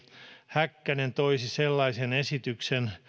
häkkänen toisi sellaisen esityksen